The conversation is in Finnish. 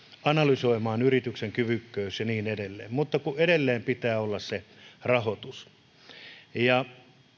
analysoimaan yrityksen kyvykkyys ja niin edelleen mutta kun edelleen pitää olla se rahoitus